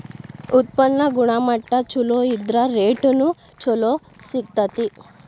ಉತ್ಪನ್ನ ಗುಣಮಟ್ಟಾ ಚುಲೊ ಇದ್ರ ರೇಟುನು ಚುಲೊ ಸಿಗ್ತತಿ